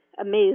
amazed